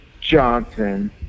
Johnson